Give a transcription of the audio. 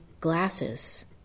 glasses